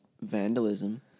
vandalism